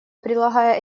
прилагая